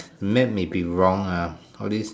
map may be wrong lah all these